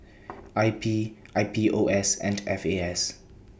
I P I P O S and F A S